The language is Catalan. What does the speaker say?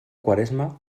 quaresma